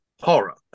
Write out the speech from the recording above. horror